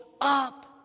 up